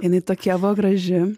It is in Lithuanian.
jinai tokia buvo graži